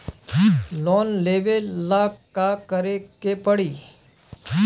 Loan लेबे ला का करे के पड़ी?